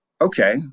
okay